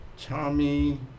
Tommy